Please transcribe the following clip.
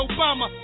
Obama